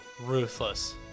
Ruthless